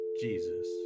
Jesus